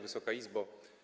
Wysoka Izbo!